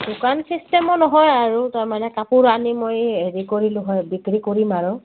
দোকান চিষ্টেমো নহয় আৰু তাৰমানে কাপোৰ আনি মই হেৰি কৰিলোঁ হয় বিক্ৰী কৰিম আৰু